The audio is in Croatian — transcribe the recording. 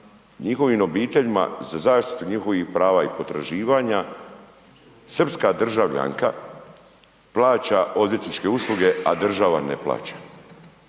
njihovim obiteljima za zaštitu njihovih prava i potraživanja, srpska državljanka plaća odvjetničke usluge, a država im ne plaća